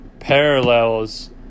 parallels